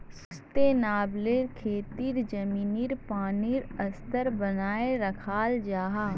sustainable खेतित ज़मीनी पानीर स्तर बनाए राखाल जाहा